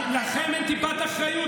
לכם אין טיפת אחריות,